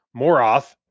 Moroth